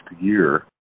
year